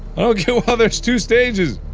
there's two stages